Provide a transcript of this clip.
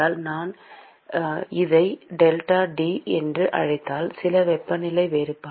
எனவே நான் இதை டெல்டா டி என்று அழைத்தால் சில வெப்பநிலை வேறுபாடு